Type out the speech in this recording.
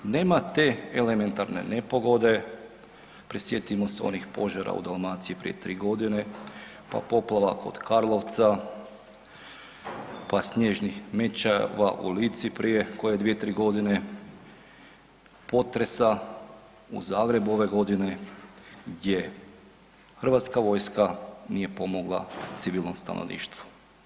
Nema te elementarne nepogode, prisjetimo se onih požara u Dalmaciji prije tri godine, pa poplava kod Karlovca, pa snježnih mećava u Lici prije koje dvije-tri godine, potresa u Zagrebu ove godine gdje Hrvatska vojska nije pomogla civilnom stanovništvu.